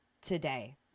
today